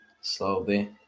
slowly